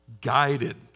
guided